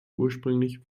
ursprünglich